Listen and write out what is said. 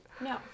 No